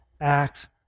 acts